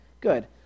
Good